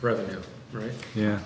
revenue right yeah